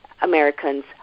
Americans